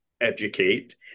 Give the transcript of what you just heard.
educate